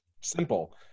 simple